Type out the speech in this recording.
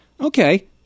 okay